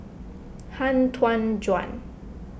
Han Tan Juan